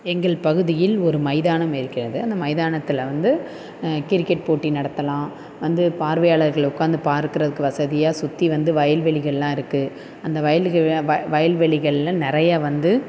எங்கள் பகுதியில் ஒரு மைதானம் இருக்கிறது அந்த மைதானத்தில் வந்து கிரிக்கெட் போட்டி நடத்தலாம் வந்து பார்வையாளர்கள் உட்காந்து பார்க்கிறதுக்கு வசதியாக சுற்றி வந்து வயல் வெளிகள்லாம் இருக்குது அந்த வயல் வ வயல் வெளிகளில் நிறையா வந்து